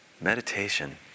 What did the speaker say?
meditation